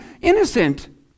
innocent